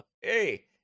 Hey